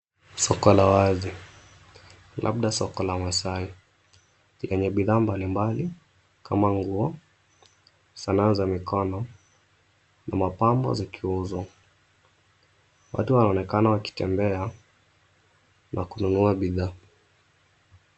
Soko la wazi, labda soko la maasai lenye bidhaa mbalimbali kama nguo, Sanaa za mikono na mapambo, zikiuzwa. Watu wanaonekana wakitembea na kununua bidhaa.